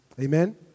Amen